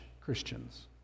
Christians